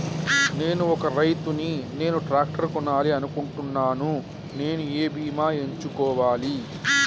నేను ఒక రైతు ని నేను ట్రాక్టర్ కొనాలి అనుకుంటున్నాను నేను ఏ బీమా ఎంచుకోవాలి?